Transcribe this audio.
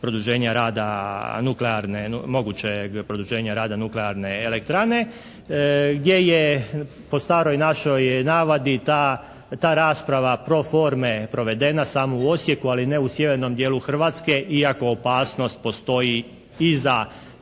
okoliš u vezi toga mogućeg produženja rada nuklearne elektrane, gdje je po staroj našoj navadi ta rasprava pro forme provedena samo u Osijeku ali ne i u sjevernom dijelu Hrvatske iako opasnost postoji i za